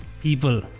people